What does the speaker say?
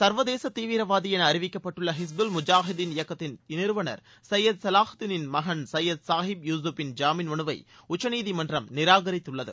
சர்வதேச தீவிரவாதி என அறிவிக்கப்பட்டுள்ள ஹிஸ்புல் முஜாஹிதீன் இயக்கத்தின் நிறுவனர் சையத் சவாஹுதிவீன் மகன் சையத் சாஹிப் யூசுப்பின் ஜாமீன் மனுவை உச்சநீதிமன்றம் நிராகரித்துள்ளது